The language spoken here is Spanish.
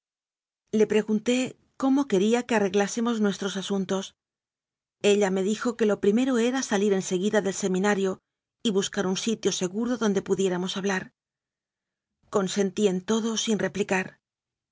le pregunté cómo quería que arreglásemos nuestros asuntos ella me dijo que lo primero era salir en seguida del seminario y buscar un sitio seguro donde pudiéramos hablar consentí en todo sin replicar